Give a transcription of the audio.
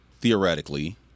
theoretically